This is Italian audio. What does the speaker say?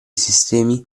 sistemi